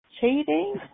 Cheating